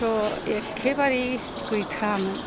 थ' एखेबारे गैथ्रामोन